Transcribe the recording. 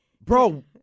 Bro